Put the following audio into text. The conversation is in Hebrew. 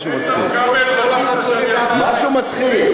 משהו מצחיק.